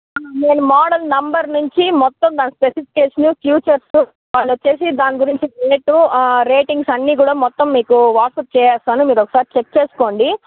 నేను model number నుంచి మొత్తం నా స్పెసిఫికేషను ఫ్యూచర్సు మళ్ళొచ్చేసి దానిగురించి రేటు రేటింగ్స్ అన్నీ కూడా మొత్తం మీకు వాట్సప్ చేసేస్తాను మీరు ఒకసారి చెక్ చేసుకోండి